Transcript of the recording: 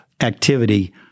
activity